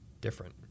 different